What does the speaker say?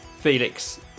Felix